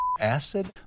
acid